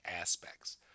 aspects